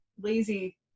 lazy